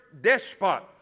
despot